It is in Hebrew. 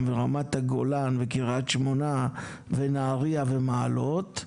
ורמת הגולן וקריית שמונה ונהריה ומעלות,